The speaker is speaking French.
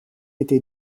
été